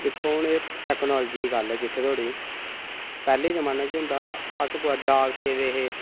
दिक्खो हून टैक्नालजी दी गल्ल ऐ जित्थूं धोड़ी पैहाले जमानें केह् होंदा हा अस कुदै डाक भेजदे हे